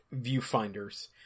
viewfinders